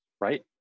right